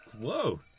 Whoa